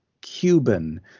Cuban